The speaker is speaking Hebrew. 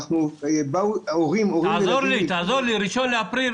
תעזור לי: 1 באפריל,